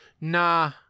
Nah